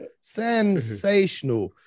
Sensational